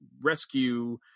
rescue